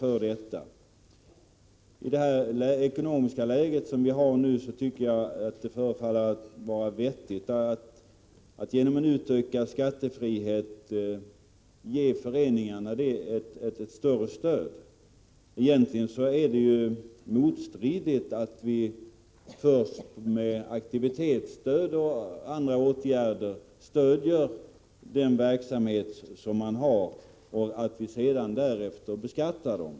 I det ekonomiska läge som vi nu har förefaller det vettigt att genom skattefrihet ge föreningarna ett större stöd. Egentligen är det motstridigt att vi först med aktivitetsstöd och andra åtgärder stödjer en verksamhet som vi sedan beskattar.